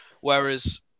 Whereas